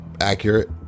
accurate